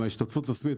אם ההשתתפות העצמית,